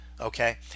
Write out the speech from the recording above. okay